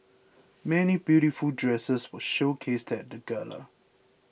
many beautiful dresses were showcased at the gala